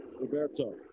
Roberto